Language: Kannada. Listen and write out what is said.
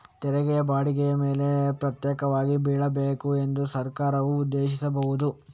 ತೆರಿಗೆಯು ಬಾಡಿಗೆಯ ಮೇಲೆ ಪ್ರತ್ಯೇಕವಾಗಿ ಬೀಳಬೇಕು ಎಂದು ಸರ್ಕಾರವು ಉದ್ದೇಶಿಸಬಹುದು